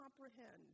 comprehend